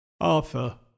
Arthur